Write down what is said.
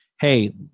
hey